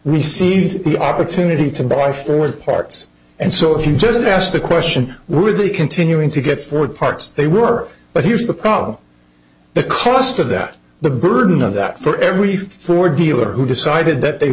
received the opportunity to buy four parts and so if you just asked the question were they continuing to get four parts they were but here's the problem the cost of that the burden of that for every ford dealer who decided that they